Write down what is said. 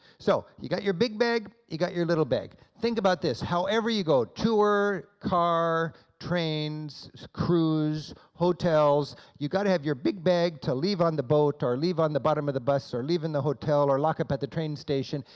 so you got your big bag, you got your little bag. think about this however you go, tour, car, trains, cruise, hotels, you got to have your big bag to leave on the boat, or leave on the bottom of the bus, or leave in the hotel, or lock up at the train station,